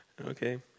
Okay